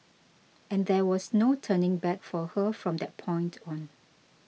and there was no turning back for her from that point on